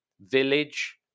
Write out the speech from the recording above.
village